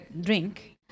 drink